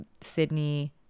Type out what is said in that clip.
Sydney